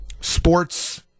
sports